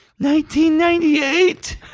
1998